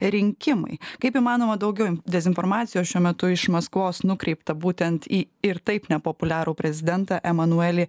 rinkimai kaip įmanoma daugiau dezinformacijos šiuo metu iš maskvos nukreipta būtent į ir taip nepopuliarų prezidentą emanuelį